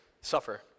suffer